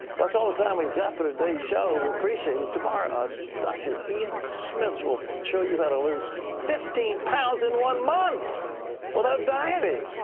that's all the and we've got for today's show. we appreciate it. tomorrow um dr. ian smith will show you how to lose fifteen pounds in one month without dieting!